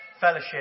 fellowship